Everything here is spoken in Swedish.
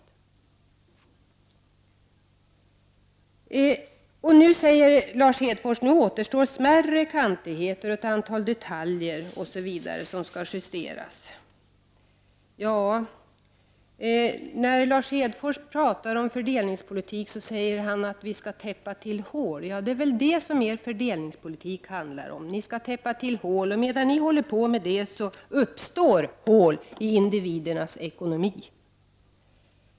Lars Hedfors säger att nu återstår smärre kantigheter och ett antal detaljer som skall justeras. När Lars Hedfors talar om fördelningspolitik säger han att vi skall täppa till hål. Det är väl det er fördelningspolitik handlar om. Ni skall täppa till hål, men medan ni håller på med det uppstår hål i individernas ekonomi.